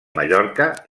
mallorca